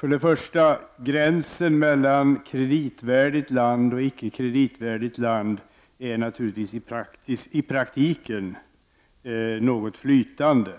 Herr talman! Gränsen mellan kreditvärdigt land och icke kreditvärdigt land är naturligtvis i praktiken något flytande.